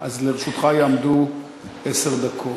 אז לרשותך יעמדו עשר דקות.